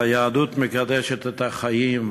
היהדות מקדשת את החיים,